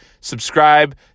subscribe